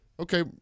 Okay